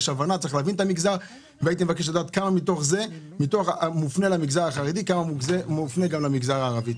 הייתי רוצה לדעת כמה מתוך זה מופנה למגזר החרדי וכמה מופנה למגזר הערבי.